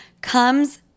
comes